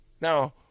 Now